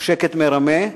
הוא שקט מרמה,